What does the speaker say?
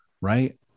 right